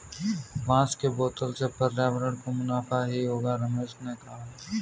बांस के बोतल से पर्यावरण को मुनाफा ही होगा रमेश ने कहा